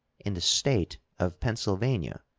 in the state of pennsylvania,